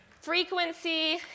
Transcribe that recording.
frequency